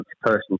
person